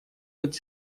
быть